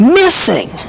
missing